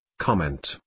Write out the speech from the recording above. Comment